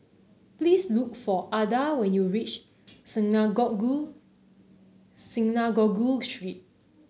please look for Adda when you reach Synagogue Synagogue Street